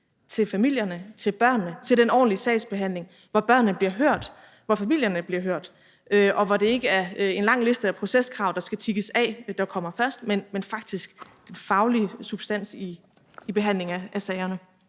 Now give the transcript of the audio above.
til familierne, til børnene, til den ordentlige sagsbehandling, hvor børnene bliver hørt, hvor familierne bliver hørt, og hvor det ikke er en lang liste af proceskrav, der skal tikkes af, der kommer først, men faktisk den faglige substans i behandlingen af sagerne.